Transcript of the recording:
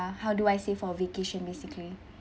how do I save for vacation basically